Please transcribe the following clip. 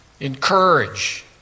Encourage